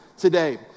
Today